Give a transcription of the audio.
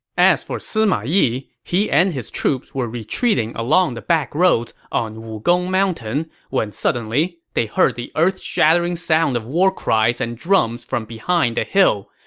as for sima yi, he and his troops were retreating along the backroads on wugong mountain when suddenly, they heard the earth-shattering sound of war cries and drums from behind a hill.